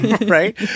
right